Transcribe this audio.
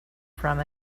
from